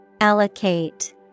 Allocate